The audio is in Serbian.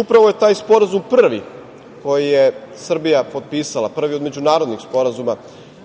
Upravo je taj sporazum prvi koji je Srbija potpisala, prvi od međunarodnih sporazuma